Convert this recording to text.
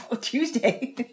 Tuesday